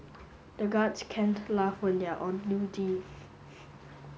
the guards can't laugh when they are on duty